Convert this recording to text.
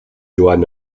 joan